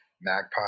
Magpie